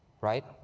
right